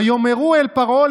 "ויאמרו אל פרעה,